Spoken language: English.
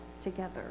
together